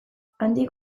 handik